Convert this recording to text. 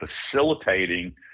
facilitating